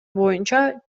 боюнча